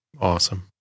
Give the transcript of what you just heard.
awesome